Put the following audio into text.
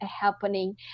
happening